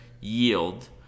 yield